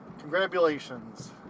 Congratulations